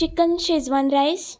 chicken schezwan rice